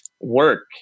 work